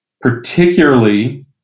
particularly